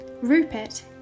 Rupert